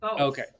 Okay